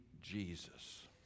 Jesus